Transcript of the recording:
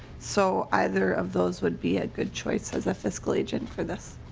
so either of those would be a good choice as a fiscal agent for this.